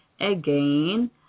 again